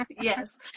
Yes